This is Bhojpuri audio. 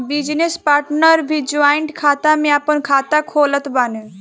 बिजनेस पार्टनर भी जॉइंट खाता में आपन खाता खोलत बाने